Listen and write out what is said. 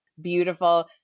beautiful